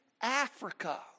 Africa